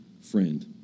friend